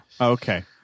okay